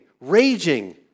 raging